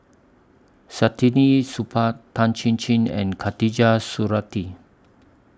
Saktiandi Supaat Tan Chin Chin and Khatijah Surattee